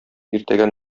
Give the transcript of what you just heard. иртәгә